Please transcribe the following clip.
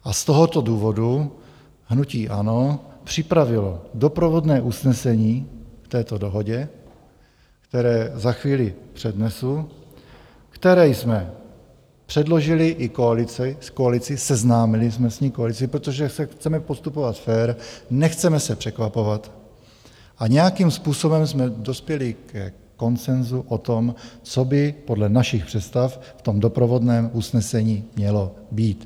Z tohoto důvodu hnutí ANO připravilo doprovodné usnesení k této dohodě, které za chvíli přednesu, které jsme předložili i koalici, seznámili jsme s ním koalici, protože chceme postupovat fér, nechceme se překvapovat, a nějakým způsobem jsme dospěli ke konsenzu o tom, co by podle našich představ v tom doprovodném usnesení mělo být.